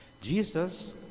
Jesus